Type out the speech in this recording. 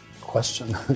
question